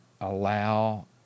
allow